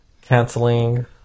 Canceling